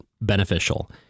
beneficial